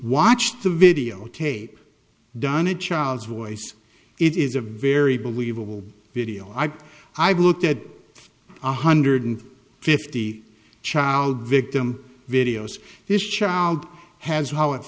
watch the videotape donna child's voice it is a very believable video i've i've looked at one hundred fifty child victim videos this child has how it